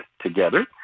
together